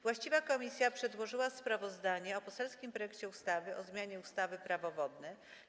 Właściwa komisja przedłożyła sprawozdanie o poselskim projekcie ustawy o zmianie ustawy Prawo wodne.